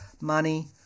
money